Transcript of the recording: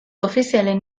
ofizialen